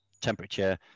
temperature